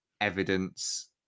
evidence